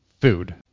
food